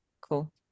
Cool